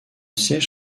siège